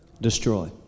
destroy